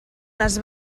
les